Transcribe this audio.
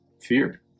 fear